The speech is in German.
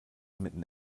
mitten